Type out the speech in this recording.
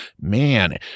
man